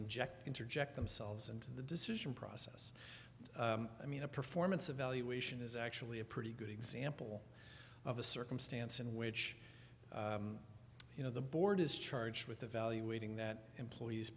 inject interject themselves into the decision process i mean a performance evaluation is actually a pretty good example of a circumstance in which you know the board is charged with evaluating that employee's